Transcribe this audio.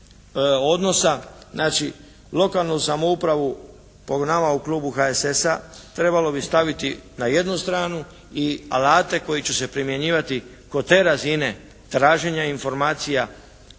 odnosa znači lokalnu samoupravu po nama u Klubu HSS-a trebalo bi staviti na jednu stranu. I alate koji će se primjenjivati kod te razine traženja informacija